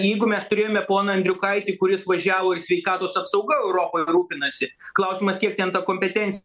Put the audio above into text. jeigu mes turėjome poną andriukaitį kuris važiavo ir sveikatos apsauga europoje rūpinasi klausimas kiek ten ta kompetenc